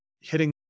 hitting